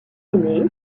aînée